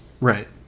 Right